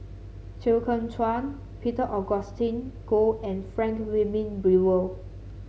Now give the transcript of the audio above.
Chew Kheng Chuan Peter Augustine Goh and Frank Wilmin Brewer